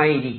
ആയിരിക്കും